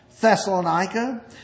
Thessalonica